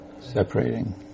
Separating